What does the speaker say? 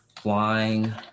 Flying